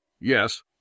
yes